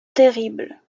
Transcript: terrible